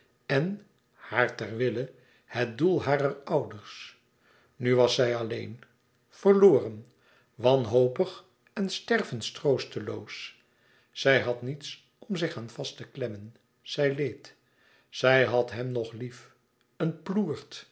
en haar terwille het doel harer ouders nu was zij alleen verloren wanhopig en stervenstroosteloos zij had niets om zich aan vast te klemmen zij leed zij had hem nog lief hem een ploert